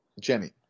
Jenny